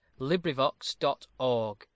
LibriVox.org